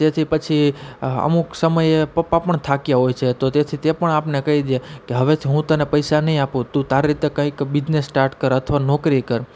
તેથી પછી અમુક સમયે પપ્પા પણ થાક્યા હોય છે તો તેથી તે પણ આપણને કહી દે કે હવેથી હું તને પૈસા નહીં આપું તું તારી રીતે કંઇક બિજનેસ સ્ટાર્ટ કર અથવા નોકરી કર